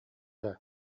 дуо